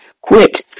Quit